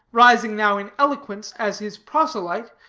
rising now in eloquence as his proselyte,